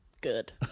Good